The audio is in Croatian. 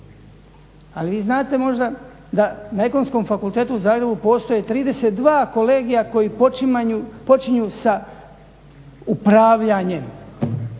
Ali vi znate možda da na Ekonomskom fakultetu u Zagrebu postoje 32 kolegija koja počinju sa upravljanjem,